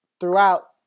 throughout